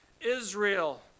Israel